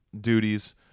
duties